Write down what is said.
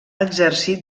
exercit